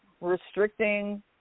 restricting